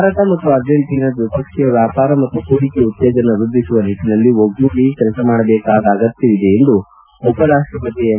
ಭಾರತ ಮತ್ತು ಅರ್ಜೈಂಟನಾ ದ್ವಿಪಕ್ಷೀಯ ವ್ಯಾಪಾರ ಮತ್ತು ಹೂಡಿಕೆ ಉತ್ತೇಜನ ವೃದ್ವಿಸುವ ನಿಟ್ಟನಲ್ಲಿ ಒಗ್ಗೂಡಿ ಕೆಲಸ ಮಾಡಬೇಕಾದ ಅಗತ್ವವಿದೆ ಎಂದು ಉಪರಾಷ್ಟಪತಿ ಎಂ